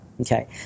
okay